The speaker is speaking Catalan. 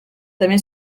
també